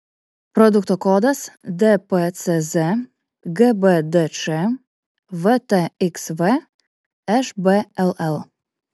produkto kodas dpcz gbdč vtxv šbll